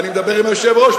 אני מדבר עם היושב-ראש,